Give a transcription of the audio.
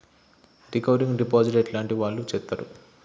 Recurring deposit ఎట్లాంటి వాళ్లు చేత్తరు?